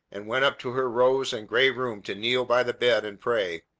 and went up to her rose-and-gray room to kneel by the bed and pray,